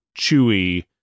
Chewie